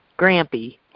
Grampy